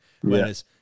Whereas